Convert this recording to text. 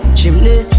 Chimney